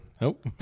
Nope